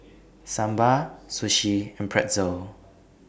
Sambar Sushi and Pretzel